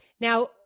Now